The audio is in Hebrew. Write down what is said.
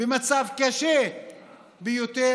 במצב קשה ביותר.